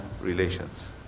relations